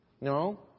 No